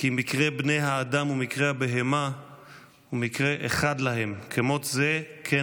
"כי מקרה בני האדם ומקרה הבהמה ומקרה אחד להם כמות זה כן